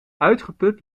uitgeput